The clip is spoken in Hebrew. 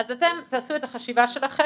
אז אתם תעשו את החשיבה שלכם.